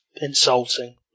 Insulting